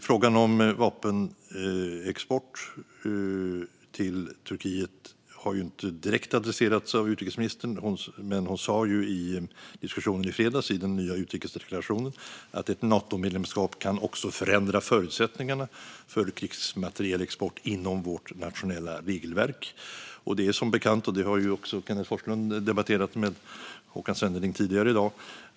Frågan om vapenexport till Turkiet har inte direkt adresserats av utrikesministern. Hon sa i diskussionen i fredags i den nya utrikesdeklarationen att ett Natomedlemskap också kan förändra förutsättningarna för krigsmaterielexport inom vårt nationella regelverk. Kenneth G Forslund har debatterat med Håkan Svenneling tidigare i dag.